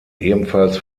ebenfalls